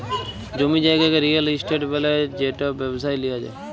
জমি জায়গাকে real estate ব্যলে যেট ব্যবসায় লিয়া যায়